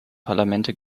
parlamente